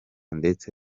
ndetse